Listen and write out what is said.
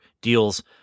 deals